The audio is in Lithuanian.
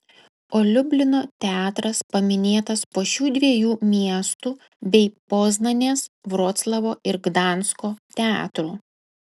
o liublino teatras paminėtas po šių dviejų miestų bei poznanės vroclavo ir gdansko teatrų